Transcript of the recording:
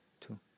two